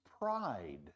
pride